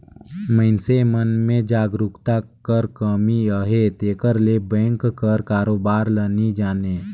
मइनसे मन में जागरूकता कर कमी अहे तेकर ले बेंक कर कारोबार ल नी जानें